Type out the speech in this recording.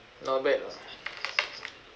not bad ah